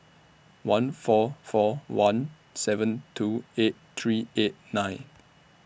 one four four one seven two eight three eight nine